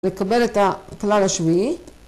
‫לקבל את הכלל השביעי.